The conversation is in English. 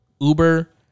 Uber